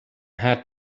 had